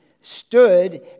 stood